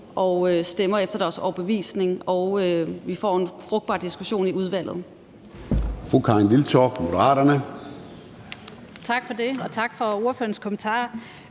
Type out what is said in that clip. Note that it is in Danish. og stemmer efter deres overbevisning, og at vi får en frugtbar diskussion i udvalget.